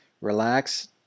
Relax